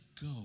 go